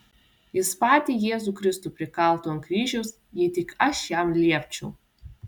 jis patį jėzų kristų prikaltų ant kryžiaus jei tik aš jam liepčiau